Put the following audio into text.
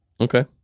Okay